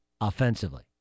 offensively